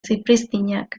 zipriztinak